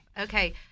Okay